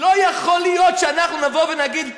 לא יכול להיות שאנחנו נבוא ונגיד לאנשים: